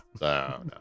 No